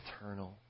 eternal